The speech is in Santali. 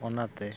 ᱚᱱᱟᱛᱮ